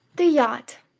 the yacht.